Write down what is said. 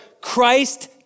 Christ